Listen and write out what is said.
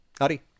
Adi